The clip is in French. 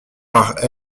par